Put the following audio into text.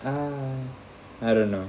err I don't know